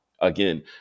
again